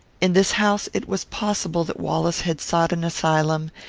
in this house it was possible that wallace had sought an asylum,